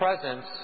presence